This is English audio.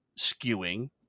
skewing